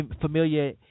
familiar